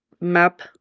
map